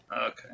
Okay